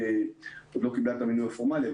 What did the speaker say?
שעוד לא קיבלה מינוי פורמלי,